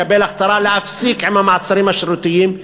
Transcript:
לקבל החלטה להפסיק עם המעצרים השרירותיים,